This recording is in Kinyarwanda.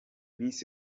miss